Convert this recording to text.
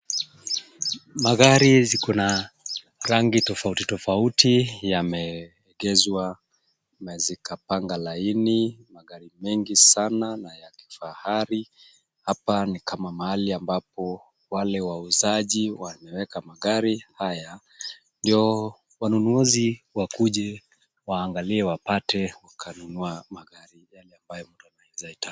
Magari ziko na rangi tofauti tofauti yameegezwa na zikapanga laini. Magari mengi sana na ya kifahari. Hapa nikama mahali ambapo wale wauzaji wameweka magari haya ndio wanunuzi wakuje waangalie wapate wakanunua magari yale ambayo mtu anaweza itaka.